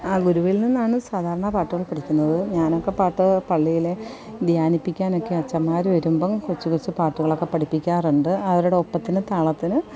ആ ഗുരുവിൽ നിന്നാണ് സാധാരണ പാട്ടൊക്കെ പഠിക്കുന്നത് ഞാനൊക്കെ പാട്ട് പള്ളിയിൽ ധ്യാനിപ്പിക്കാനൊക്കെ അച്ഛന്മാർ വരുമ്പോൾ കൊച്ചു കൊച്ചു പാട്ടുകളൊക്കെ പഠിപ്പിക്കാറുണ്ട് അവരുടെ ഒപ്പത്തിന് താളത്തിന്